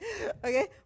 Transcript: Okay